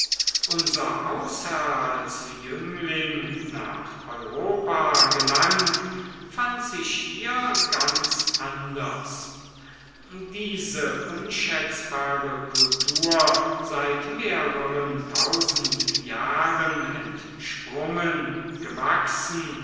unser hausherr als jüngling nach europa gelangt fand sich hier ganz anders diese unschätzbare kultur seit mehreren tausend jahren entsprungen gewachsen